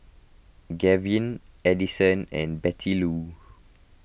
Gavyn Adison and Bettylou